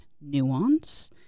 nuance